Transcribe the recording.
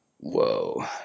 Whoa